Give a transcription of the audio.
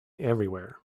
everywhere